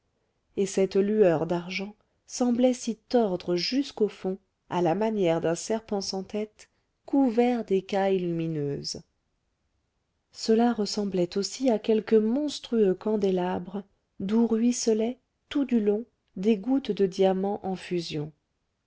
et cette lueur d'argent semblait s'y tordre jusqu'au fond à la manière d'un serpent sans tête couvert d'écailles lumineuses cela ressemblait aussi à quelque monstrueux candélabre d'où ruisselaient tout du long des gouttes de diamant en fusion